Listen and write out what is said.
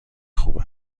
خوب